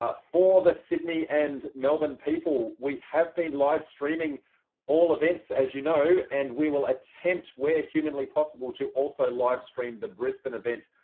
ah for the sydney and melbourne people, we have been live streaming all events as you know, and we will attempt were humanly possible to also livestream the brisbane event.